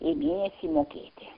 į mėnesį mokėti